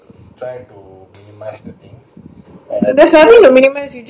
there's nothing to minimise we just use but we don't purchase for now lah